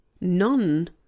None